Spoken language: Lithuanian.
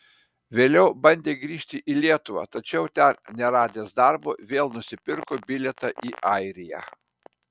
vėliau bandė grįžti į lietuvą tačiau ten neradęs darbo vėl nusipirko bilietą į airiją